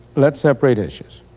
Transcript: let's separate issues.